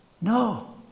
No